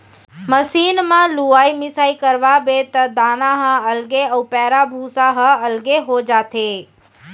machine म लुवाई मिसाई करवाबे त दाना ह अलगे अउ पैरा भूसा ह अलगे हो जाथे